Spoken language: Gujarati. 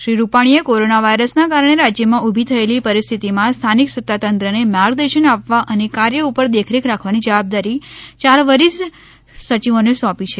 શ્રી રૂપાણીએ કોરોના વાયરસના કારણે રાજ્યમાં ઉભી થયેલી પરિસ્થિતિમાં સ્થાનિક સત્તાતંત્રને માર્ગદર્શન આપવા અને કાર્યો ઉપર દેખરેખ રાખવાની જવાબદારી ચાર વરિષ્ઠ સચિવોને સોંપી છે